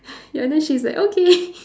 ya then she's like okay